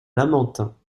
lamentin